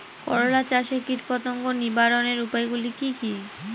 করলা চাষে কীটপতঙ্গ নিবারণের উপায়গুলি কি কী?